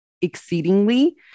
exceedingly